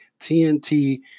TNT